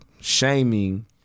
shaming